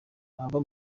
abava